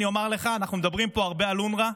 אני אומר לך, אנחנו מדברים פה הרבה על אונר"א.